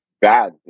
bad